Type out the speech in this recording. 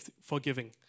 forgiving